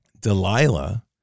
Delilah